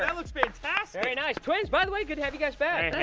yeah looks fantastic. very nice. twins? by the way, good to have you guys back. hey.